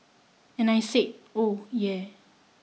and I said oh yeah